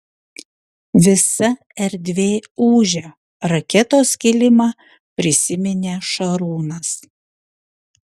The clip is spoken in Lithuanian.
visa erdvė ūžia raketos kilimą prisiminė šarūnas